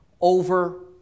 over